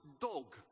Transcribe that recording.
dog